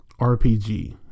RPG